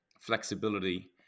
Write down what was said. flexibility